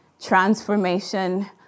Transformation